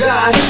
God